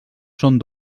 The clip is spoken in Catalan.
són